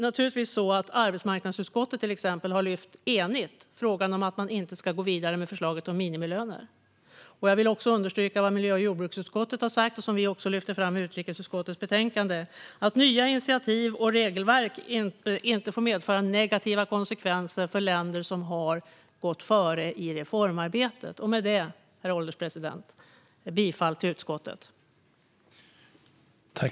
Arbetsmarknadsutskottet har till exempel enigt lyft upp frågan att man inte ska gå vidare med förslaget om minimilöner. Jag vill också understryka vad miljö och jordbruksutskottet har sagt och som vi även lyfter fram i utrikesutskottets utlåtande: att nya initiativ och regelverk inte får medföra negativa konsekvenser för länder som har gått före i reformarbetet. Med detta, herr ålderspresident, yrkar jag bifall till utskottets förslag.